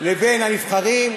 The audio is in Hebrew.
לבין הנבחרים,